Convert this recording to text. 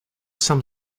some